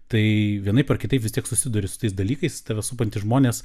tai vienaip ar kitaip vis tiek susiduri su tais dalykais tave supantys žmonės